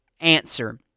answer